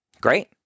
Great